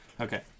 okay